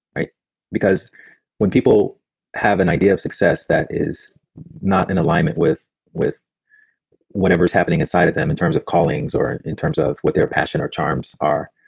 because when people have an idea of success that is not in alignment with with whatever's happening inside of them in terms of callings or in terms of what their passionate or charms are,